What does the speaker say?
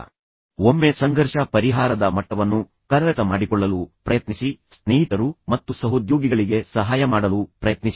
ನಂತರ ಒಮ್ಮೆ ನೀವು ನಿಮ್ಮ ಸಂಘರ್ಷ ಪರಿಹಾರದ ಮಟ್ಟವನ್ನು ಕರಗತ ಮಾಡಿಕೊಳ್ಳಲು ಪ್ರಯತ್ನಿಸಿದರೆ ನಿಮ್ಮ ಸ್ನೇಹಿತರು ಮತ್ತು ಸಹೋದ್ಯೋಗಿಗಳಿಗೆ ಸಹಾಯ ಮಾಡಲು ಪ್ರಯತ್ನಿಸಿ